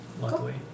Luckily